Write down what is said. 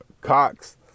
Cox